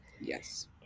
Yes